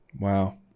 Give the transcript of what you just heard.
Wow